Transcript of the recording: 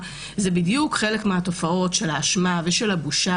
זה בדיוק חלק מהתופעות של האשמה ושל הבושה,